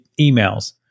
emails